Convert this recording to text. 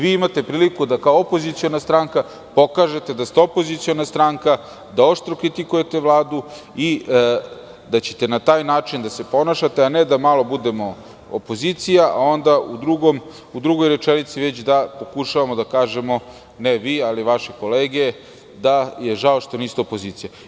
Vi imate priliku, kao opoziciona stranka, da pokažete da ste opoziciona stranka, da oštro kritikujete Vladu i da ćete na taj način da se ponašate, a ne da malo budemo opozicija, a onda u drugoj rečenici da pokušavamo da kažemo, ne vi, ali vaše kolege, da im je žao što niste opozicija.